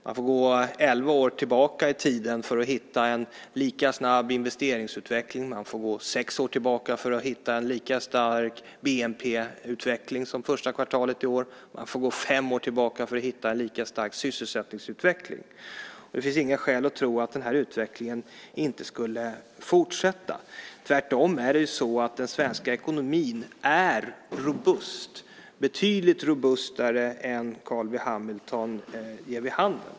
Man får gå elva år tillbaka i tiden för att hitta en lika snabb investeringsutveckling, man får gå sex år tillbaka för att hitta lika stark bnp-utveckling som första kvartalet i år, och man får gå fem år tillbaka för att hitta en lika snabb sysselsättningsutveckling. Det finns inga skäl att tro att den här utvecklingen inte skulle fortsätta. Tvärtom är det så att den svenska ekonomin är robust, betydligt mer robust än vad Carl B Hamilton ger vid handen.